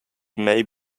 may